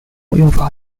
用法